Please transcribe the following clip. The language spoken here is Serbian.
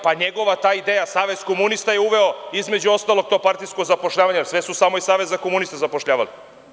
Pa njegova ta ideja, Savez komunista je uveo, između ostalog, to partijsko zapošljavanje, jer sve su samo iz Saveza komunista zapošljavali.